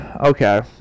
Okay